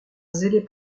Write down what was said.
zélé